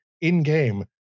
in-game